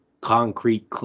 concrete